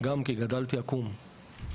גם כי גדלתי עקום.